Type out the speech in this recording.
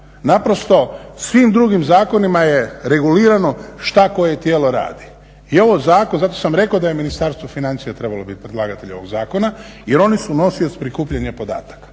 Naprosto svim drugim zakonima je regulirano šta koje tijelo radi i ovo zakon zato sam rekao da je Ministarstvo financija trebalo biti predlagatelj ovog zakona jer oni su nosioc prikupljanja podataka,